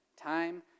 Time